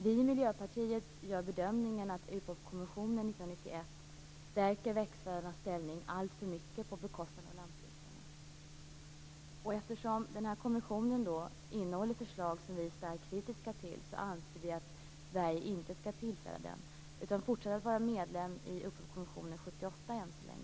Vi i Miljöpartiet gör bedömningen att UPOV konventionen från 1991 stärker växtföräldrarnas ställning alltför mycket på bekostnad av lantbrukarna. Eftersom konventionen innehåller förslag som vi är starkt kritiska till anser vi att Sverige inte bör tillträda den. Vi bör fortsätta att vara anslutna till UPOV konventionen från 1978.